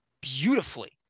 beautifully